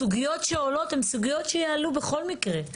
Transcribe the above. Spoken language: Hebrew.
הסוגיות שעולות הן סוגיות שיעלו בכל מקרה.